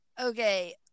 okay